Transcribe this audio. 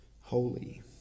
holy